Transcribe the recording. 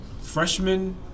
Freshman